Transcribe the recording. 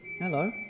hello